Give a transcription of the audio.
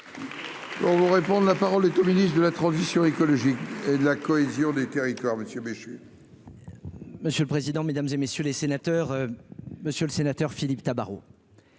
émissions. On ne la parole est au ministre de la transition écologique et de la cohésion des. Territoire Monsieur Béchu. Monsieur le président, Mesdames et messieurs les sénateurs, monsieur le sénateur Philippe Tabarot.